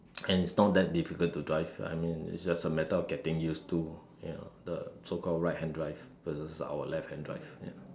and is not that difficult to drive I mean is just a matter of getting used to you know the so called right hand drive versus our left hand drive ya